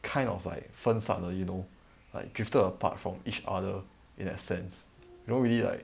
kind of like 分散了 you know like drifted apart from each other in that sense you don't really like